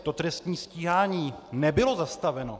To trestní stíhání nebylo zastaveno.